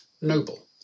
Noble